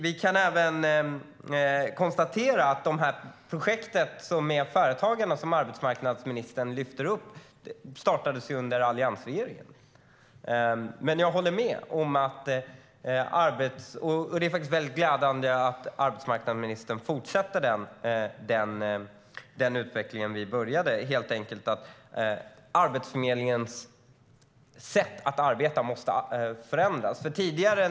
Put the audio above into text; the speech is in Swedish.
Vi kan konstatera att projektet med Företagarna, som arbetsmarknadsministern lyfter upp, startades under alliansregeringen. Det är glädjande att arbetsmarknadsministern fortsätter det arbete som vi påbörjade. Arbetsförmedlingens sätt att arbeta måste helt enkelt förändras.